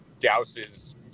douses